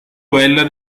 quella